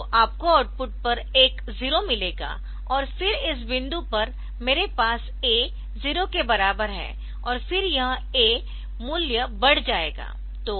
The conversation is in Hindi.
तो आपको आउटपुट पर एक 0 मिलेगा और फिर इस बिंदु पर मेरे पास A 0 के बराबर है और फिर यह A मूल्य बढ़ जाएगा